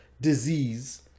disease